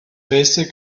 basic